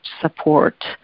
support